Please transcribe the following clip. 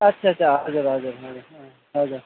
अच्छा अच्छा हजुर हजुर हजुर हजुर